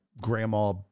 grandma